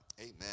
Amen